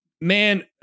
Man